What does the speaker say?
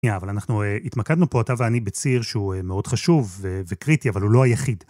אבל אנחנו התמקדנו פה, אתה ואני, בציר שהוא מאוד חשוב וקריטי, אבל הוא לא היחיד.